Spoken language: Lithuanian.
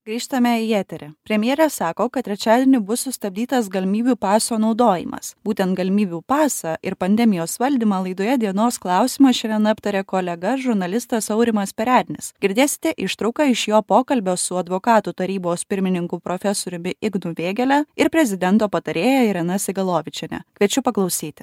grįžtame į eterį premjerė sako kad trečiadienį bus sustabdytas galimybių paso naudojimas būtent galimybių pasą ir pandemijos valdymą laidoje dienos klausimas šiandien aptarė kolega žurnalistas aurimas perednis girdėsite ištrauką iš jo pokalbio su advokatų tarybos pirmininku profesoriumi ignu vėgėle ir prezidento patarėja irena sigalovičiene kviečiu paklausyti